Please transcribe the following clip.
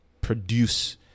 produce